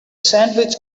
sandwich